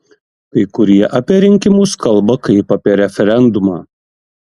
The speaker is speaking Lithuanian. kai kurie apie rinkimus kalba kaip apie referendumą